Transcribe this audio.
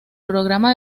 programa